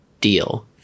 deal